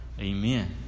Amen